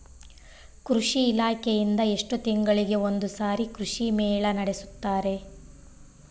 ಕೃಷಿ ಇಲಾಖೆಯಿಂದ ಎಷ್ಟು ತಿಂಗಳಿಗೆ ಒಂದುಸಾರಿ ಕೃಷಿ ಮೇಳ ನಡೆಸುತ್ತಾರೆ?